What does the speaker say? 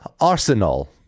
Arsenal